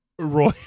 Roy